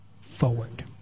forward